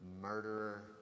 murderer